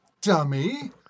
Dummy